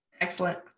Excellent